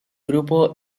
grupo